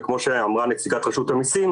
וכמו שאמרה נציגת רשות המיסים,